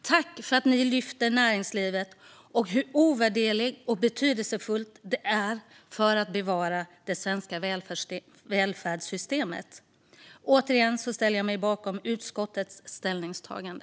Tack för att ni lyfter upp näringslivet och framhåller hur ovärderligt och betydelsefullt det är för att bevara det svenska välfärdssystemet. Återigen ställer jag mig bakom utskottets ställningstagande.